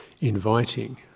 inviting